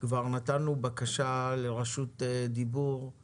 להצטרף לברכות על החוק